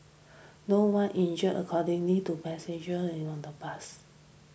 no one injured according to passenger on the bus